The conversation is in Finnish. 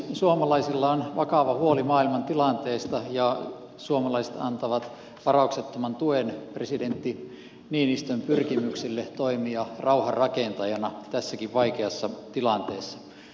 suomalaisilla on vakava huoli maailman tilanteesta ja suomalaiset antavat varauksettoman tuen presidentti niinistön pyrkimyksille toimia rauhanrakentajana tässäkin vaikeassa tilanteessa